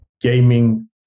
gaming